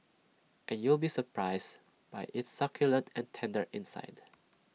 and you'll be surprised by its succulent and tender inside